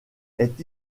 est